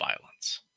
violence